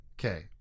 okay